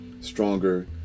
stronger